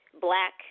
Black